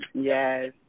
Yes